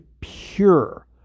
pure